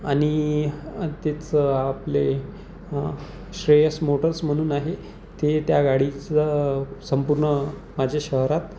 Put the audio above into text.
आणि तेच आपले श्रेयस मोटर्स म्हणून आहे ते त्या गाडीचं संपूर्ण माझ्या शहरात